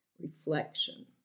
reflection